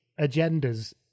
agendas